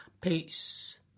peace